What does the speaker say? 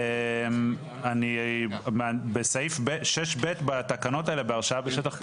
אני בסעיף 6(ב) בתקנות האלה בהרשאה בשטח פתוח,